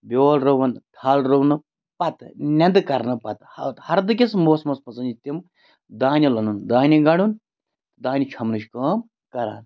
بیول رُوَن تھل رُونہٕ پَتہٕ نیٚنٛدٕ کَرنہٕ پَتہٕ ہَردٕکِس موسمَس منٛزَن چھِ تِم دانہِ لۄنُن دانہِ گَنٛڑُن دانہِ چھۄمبنٕچ کٲم کَران